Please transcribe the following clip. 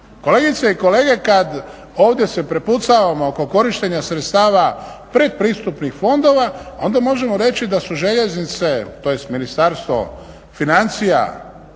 Kolegice i kolege, kad ovdje se prepucavamo oko korištenja sredstava predpristupnih fondova onda možemo reći da su željeznice, tj. Ministarstvo financija